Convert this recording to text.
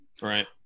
right